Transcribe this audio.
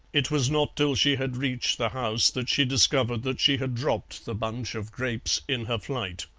it was not till she had reached the house that she discovered that she had dropped the bunch of grapes in her flight.